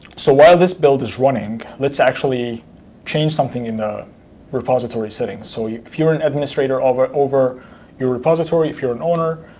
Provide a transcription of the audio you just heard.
so while this build is running, let's actually change something in the repository settings. so if you're an administrator over over your repository, if you're an owner,